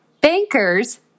bankers